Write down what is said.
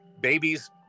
babies